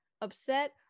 upset